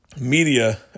media